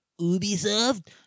Ubisoft